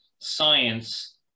science